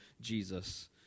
Jesus